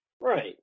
Right